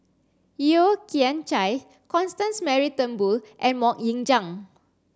Yeo Kian Chai Constance Mary Turnbull and Mok Ying Jang